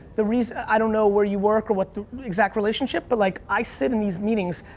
the reason, i don't know where you work what the exact relationship, but like, i sit in these meetings,